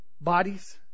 bodies